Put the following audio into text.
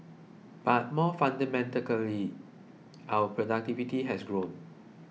but more fundamentally our productivity has grown